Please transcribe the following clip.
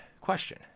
question